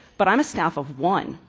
but i'm a staff of one.